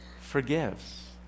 forgives